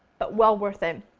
but well worth it.